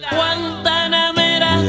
Guantanamera